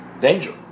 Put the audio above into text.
Danger